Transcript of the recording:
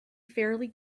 fairly